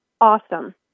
awesome